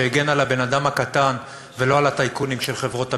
שיגן על הבן-אדם הקטן ולא על הטייקונים של חברות הביטוח?